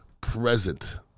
present